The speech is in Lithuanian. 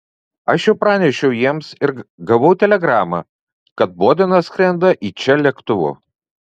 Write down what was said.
aš jau pranešiau jiems ir gavau telegramą kad bodenas skrenda į čia lėktuvu